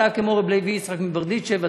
אתה כמו רבי לוי יצחק מברדיצ'ב,